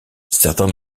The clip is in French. certains